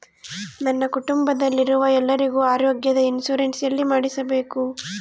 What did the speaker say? ನನ್ನ ಕುಟುಂಬದಲ್ಲಿರುವ ಎಲ್ಲರಿಗೂ ಆರೋಗ್ಯದ ಇನ್ಶೂರೆನ್ಸ್ ಎಲ್ಲಿ ಮಾಡಿಸಬೇಕು?